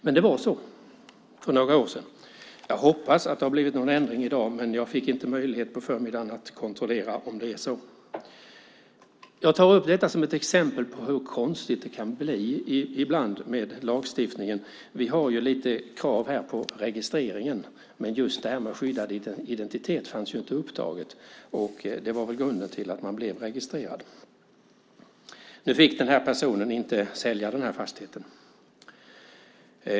Och det var så, för några år sedan. Jag hoppas att det har blivit ändring på det, men jag fick inte möjlighet på förmiddagen att kontrollera om det är så. Jag tar upp detta som ett exempel på hur konstigt det kan bli ibland med lagstiftningen. Vi har krav på registreringen, men just skyddad identitet fanns inte upptaget. Det var väl grunden till att man blev registrerad. Nu fick den här personen inte sälja fastigheten.